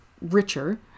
richer